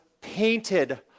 painted